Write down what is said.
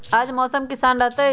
आज मौसम किसान रहतै?